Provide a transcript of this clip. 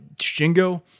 Shingo